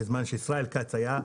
בזמן שישראל כץ היה,